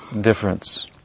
difference